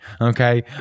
Okay